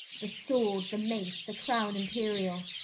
the sword, the mase, the crowne imperiall,